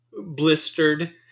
blistered